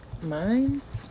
mine's